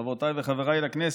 חברותיי וחבריי לכנסת,